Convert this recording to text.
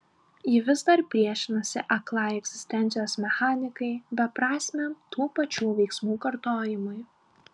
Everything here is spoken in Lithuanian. ji vis dar priešinasi aklai egzistencijos mechanikai beprasmiam tų pačių veiksmų kartojimui